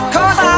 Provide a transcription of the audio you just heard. Cause